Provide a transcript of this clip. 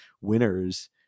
winners